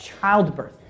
childbirth